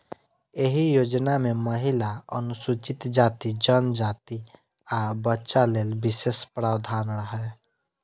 एहि योजना मे महिला, अनुसूचित जाति, जनजाति, आ बच्चा लेल विशेष प्रावधान रहै